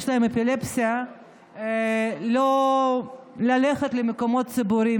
להם אפילפסיה ללכת למקומות ציבוריים,